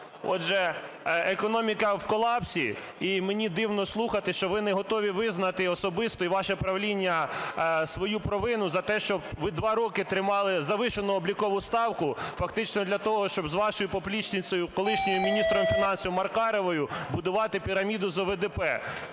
Отже, економіка в колапсі. І мені дивно слухати, що ви не готові визнати особисто, і ваше правління, свою провину за те, що ви два роки тримали завищену облікову ставку фактично для того, щоб з вашою поплічницею, колишнім міністром фінансів Маркаровою, будувати піраміду з ОВДП.